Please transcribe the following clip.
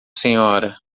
senhora